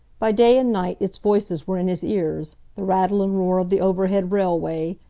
by day and night its voices were in his ears, the rattle and roar of the overhead railway,